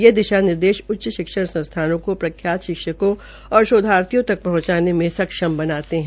ये दिशा निर्देश उच्च शिक्षण संस्थानों को प्रखायत शिक्षकों और शोधार्थियों तक पहंचाने में सक्षम बनाते है